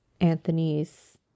Anthony's